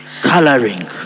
coloring